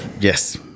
Yes